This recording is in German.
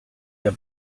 der